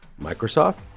Microsoft